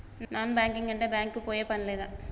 Non banking అంటే bank కి పోయే పని లేదా?